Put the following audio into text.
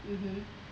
mmhmm